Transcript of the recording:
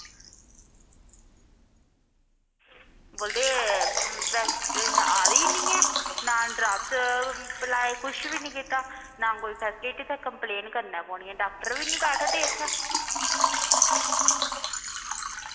मड़ो डॉक्टरानी आई निं ऐ ते ना गै ड्रॉप्स पेआ ते ना कोई फेस्लिटी ऐ ते ना गै कम्पपलेन करनी पौनी ऐ डॉक्टर निं बैठदी ऐ